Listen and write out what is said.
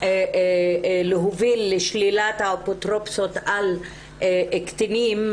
להוביל לשלילת האפוטרופסות על קטינים,